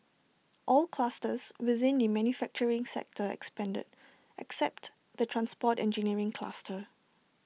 all clusters within the manufacturing sector expanded except the transport engineering cluster